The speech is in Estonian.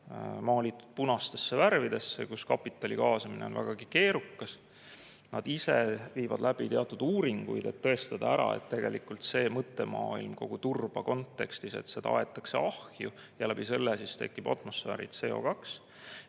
maalitud punaseks ja seal kapitali kaasamine on vägagi keerukas. Nad ise viivad läbi uuringuid, et tõestada ära, et tegelikult see mõttemaailm kogu turba kontekstis, et seda aetakse ahju ja selle tõttu tekib atmosfääri CO2,